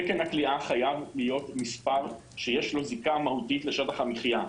תקן הכליאה חייב להיות מספר שיש לו זיקה מהותית לשטח המחיה.